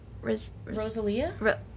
rosalia